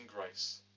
grace